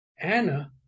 Anna